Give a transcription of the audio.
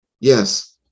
Yes